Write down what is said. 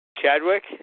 Chadwick